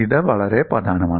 ഇത് വളരെ പ്രധാനമാണ്